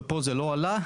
ופה זה לא עלה,